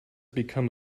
become